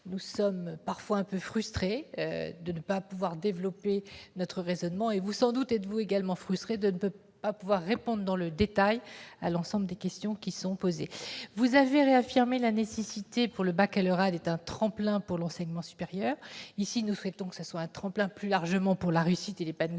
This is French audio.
Nous sommes parfois un peu frustrés de ne pas pouvoir développer notre raisonnement, et vous-même l'êtes sans doute de ne pas avoir pu répondre dans le détail à l'ensemble des questions qui étaient posées. Vous avez réaffirmé la nécessité que le baccalauréat soit un tremplin pour l'enseignement supérieur. Au Sénat, nous souhaitons qu'il soit, plus largement, un tremplin pour la réussite et l'épanouissement